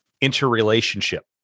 interrelationship